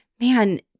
man